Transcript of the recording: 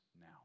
now